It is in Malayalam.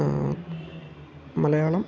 മലയാളം